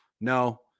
no